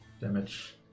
damage